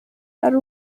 ari